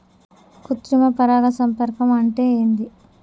కృత్రిమ పరాగ సంపర్కం అంటే ఏంది?